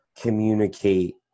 communicate